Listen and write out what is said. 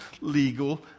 legal